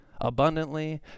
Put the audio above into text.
abundantly